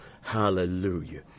Hallelujah